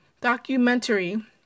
documentary